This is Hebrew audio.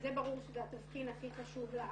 שזה יהיה ברור שזה התבחין הכי חשוב להחלטה.